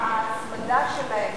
ההצמדה שלהם,